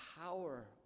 power